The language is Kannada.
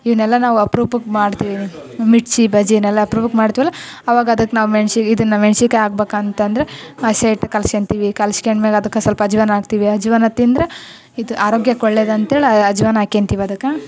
ಇವುನೆಲ್ಲ ನಾವು ಅಪ್ರೂಪಕ್ಕೆ ಮಾಡ್ತೀವಿ ಮಿರ್ಚಿ ಬಜಿನೆಲ್ಲ ಅಪ್ರೂಪಕ್ಕೆ ಮಾಡ್ತೀವಲ ಅವಾಗ ಅದಕ್ಕೆ ನಾವು ಮೆಣ್ಸು ಇದನ್ನ ಮೆಣ್ಸಿಕಾಯಿ ಹಾಕ್ಬೇಕ ಅಂತಂದ್ರೆ ಹಸಿ ಹಿಟ್ ಕಲಸ್ಕೋತೀವಿ ಕಲಸ್ಕೊಂಡ್ ಮೇಲೆ ಅದಕ್ಕೆ ಸ್ವಲ್ಪ ಅಜವಾನ ಹಾಕ್ತೀವಿ ಅಜವಾನ ತಿಂದರೆ ಇದು ಆರೋಗ್ಯಕ್ಕೆ ಒಳ್ಳೆದಂತೇಳಿ ಅಜವಾನ ಹಾಕ್ಕೋತಿವಿ ಅದಕ್ಕೆ